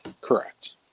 Correct